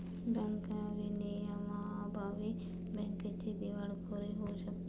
bank विनियमांअभावी बँकेची दिवाळखोरी होऊ शकते